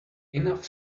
enough